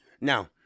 Now